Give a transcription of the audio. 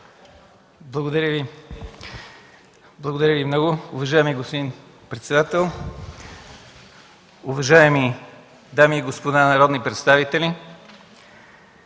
Благодаря Ви много. Уважаеми господин председател, уважаеми дами и господа народни представители!